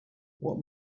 what